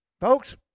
folks